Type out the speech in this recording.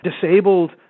disabled